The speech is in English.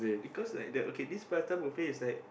because like the okay this prata buffet is like